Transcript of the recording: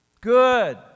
good